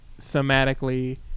thematically